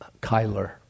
Kyler